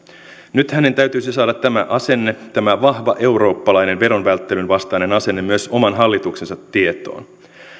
nyt hänen täytyisi saada tämä asenne tämä vahva eurooppalainen veronvälttelyn vastainen asenne myös oman hallituksensa tietoon